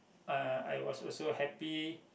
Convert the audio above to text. uh I was also happy